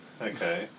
Okay